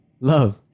love